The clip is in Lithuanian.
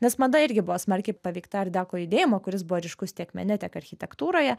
nes mada irgi buvo smarkiai paveikta art deko judėjimo kuris buvo ryškus tiek mene tiek architektūroje